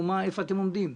איפה אתם עומדים?